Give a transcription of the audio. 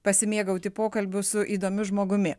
pasimėgauti pokalbiu su įdomiu žmogumi